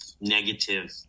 negative